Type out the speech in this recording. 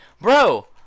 Bro